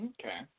Okay